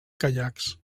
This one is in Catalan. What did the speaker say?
caiacs